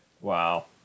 Wow